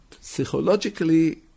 Psychologically